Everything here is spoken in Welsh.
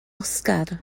oscar